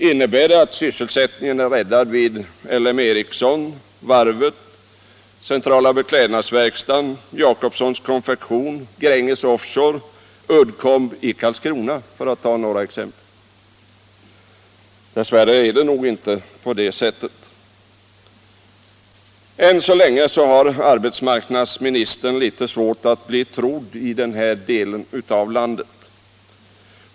Innebär det att sysselsättningen är räddad vid L M Ericsson, varvet, Centrala beklädnadsverkstaden, Jacobssons konfektion, Gränges Offshore och Uddcomb i Karlskrona, för att ta några exempel? Dess värre är det nog inte så. Än så länge har arbetsmarknadsministern lite svårt att bli trodd i den här delen av landet.